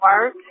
work